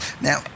Now